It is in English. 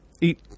eat